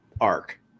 arc